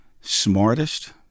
smartest